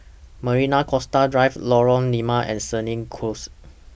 Marina Coastal Drive Lorong Limau and Senja Close